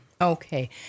Okay